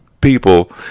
people